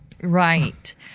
Right